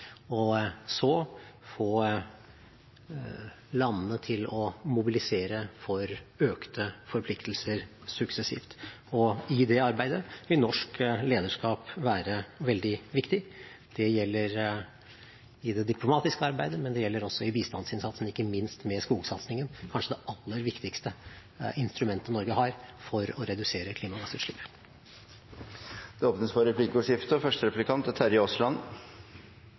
og så få landene suksessivt til å mobilisere for økte forpliktelser. I det arbeidet vil norsk lederskap være veldig viktig. Det gjelder i det diplomatiske arbeidet, men det gjelder også i bistandsinnsatsen, ikke minst med skogsatsingen – kanskje det aller viktigste instrumentet Norge har for å redusere klimagassutslipp. Det blir replikkordskifte. Det er